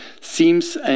seems